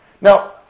Now